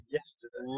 Yesterday